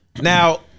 Now